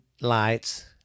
lights